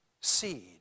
seed